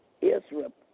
Israel